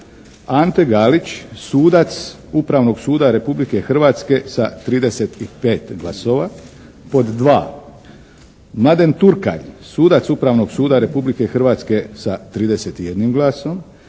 Ante Galić, sudac Upravnog suda Republike Hrvatske sa 35 glasova, 2. Mladen Turkalj, sudac Upravnog suda Republike Hrvatske sa 31 glasa,